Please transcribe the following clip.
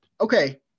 okay